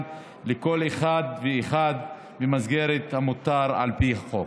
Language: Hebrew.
לכל אחת ואחד במסגרת המותר על פי חוק.